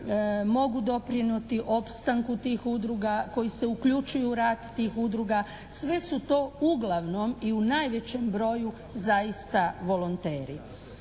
mogu doprinijeti opstanku tih udruga, koji se uključuju u rad tih udruga, sve su to uglavnom i u najvećem broju zaista volonteri.